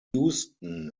houston